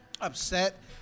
upset